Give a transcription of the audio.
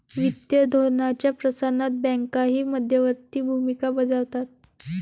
वित्तीय धोरणाच्या प्रसारणात बँकाही मध्यवर्ती भूमिका बजावतात